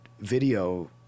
video